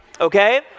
okay